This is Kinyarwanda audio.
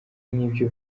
nibyo